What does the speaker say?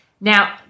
Now